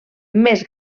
més